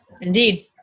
indeed